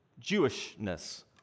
Jewishness